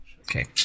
Okay